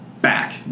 back